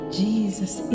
jesus